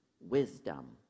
wisdom